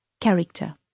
character